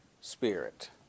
spirit